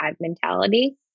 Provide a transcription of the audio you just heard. mentality